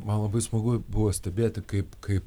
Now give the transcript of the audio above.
man labai smagu buvo stebėti kaip kaip